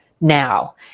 now